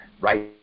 Right